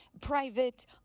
private